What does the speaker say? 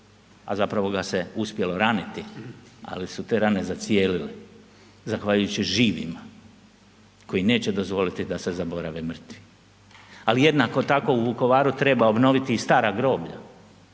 a zapravo ga se uspjelo raniti, ali tu te rane zacijelile zahvaljujući živima koji neće dozvoliti da se zaborave mrtvi. Ali jednako tako, u Vukovaru treba obnoviti i stara groblja.